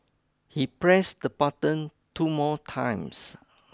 he pressed the button two more times